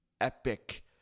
epic